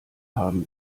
haben